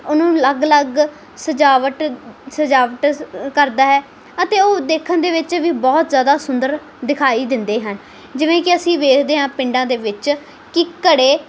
ਉਹਨੂੰ ਅਲੱਗ ਅਲੱਗ ਸਜਾਵਟ ਸਜਾਵਟ ਕਰਦਾ ਹੈ ਅਤੇ ਉਹ ਦੇਖਣ ਦੇ ਵਿੱਚ ਵੀ ਬਹੁਤ ਜ਼ਿਆਦਾ ਸੁੰਦਰ ਦਿਖਾਈ ਦਿੰਦੇ ਹਨ ਜਿਵੇਂ ਕਿ ਅਸੀਂ ਵੇਖਦੇ ਹਾਂ ਪਿੰਡਾਂ ਦੇ ਵਿੱਚ ਕਿ ਘੜੇ